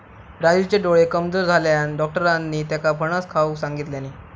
राजूचे डोळे कमजोर झाल्यानं, डाक्टरांनी त्येका फणस खाऊक सांगितल्यानी